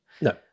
No